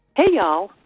hey, y'all.